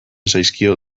zaizkio